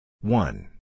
One